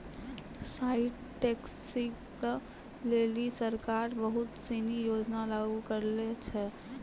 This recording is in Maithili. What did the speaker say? साइट टेस्टिंग लेलि सरकार बहुत सिनी योजना लागू करलें छै